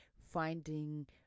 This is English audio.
finding